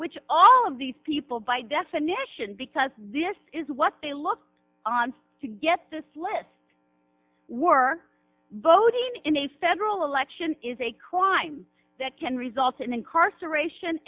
which all of these people by definition because this is what they look on to get this list were voting in a federal election is a crime that can result in incarceration